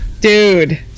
Dude